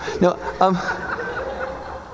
No